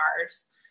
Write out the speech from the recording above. cars